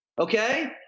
okay